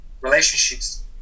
relationships